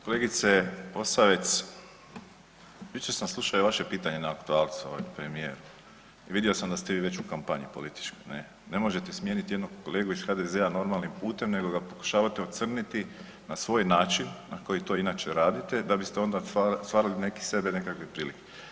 Kolegice Posavec, jučer sam slušao i vaše pitanje na aktualcu ovdje premijeru i vidio sam da ste vi već u kampanji političkoj ne, ne možete smijenit jednog kolegu iz HDZ-a normalnim putem nego ga pokušavate ocrniti na svoj način na koji to inače radite da biste onda stvarali sebi nekakve prilike.